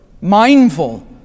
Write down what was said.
mindful